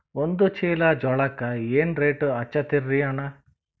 ಒಂದ ಚೀಲಾ ಜೋಳಕ್ಕ ಏನ ರೇಟ್ ಹಚ್ಚತೀರಿ ಅಣ್ಣಾ?